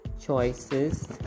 choices